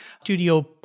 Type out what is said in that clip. studio